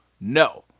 No